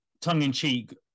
tongue-in-cheek